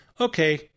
Okay